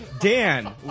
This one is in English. Dan